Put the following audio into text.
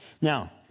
Now